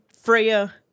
Freya